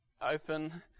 open